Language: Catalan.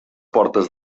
portes